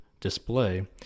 display